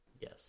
Yes